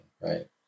right